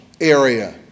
area